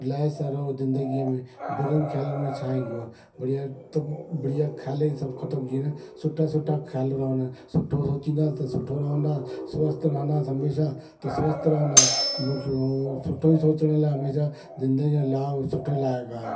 इलाही सारो ज़िंदगीअ में बुरनि ख़्यालनि में छा ईंदो आहे बढ़िया त बढ़िया ख़्याल ई सभु ख़त्मु थी वेंदा आहिनि सुठा सुठा ख़्याल रहंदा आहिनि सुठो सोचींदासीं त सुठो रहंदा स्वस्थ रहंदासीं हमेशह त स्वस्थ रहंदा मुटो सुठो ई सोचण लाइ हमेशह ज़िंदगी में लाइ इहो सुठो लाइक़ु आहे